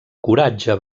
coratge